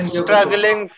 struggling